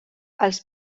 als